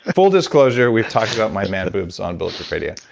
full disclosure we've talked about my man-boobs on bulletproof radio.